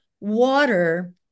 water